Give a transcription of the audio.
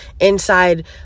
inside